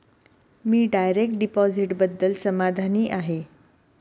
मी direct डिपॉझिटबद्दल समाधानी आहे